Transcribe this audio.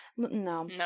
No